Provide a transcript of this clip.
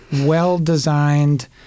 well-designed